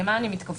למה אני מתכוונת?